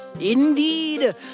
Indeed